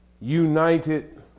United